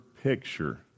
picture